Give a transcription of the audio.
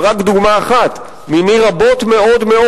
אבל רק דוגמה אחת מני רבות מאוד,